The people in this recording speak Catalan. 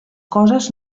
coses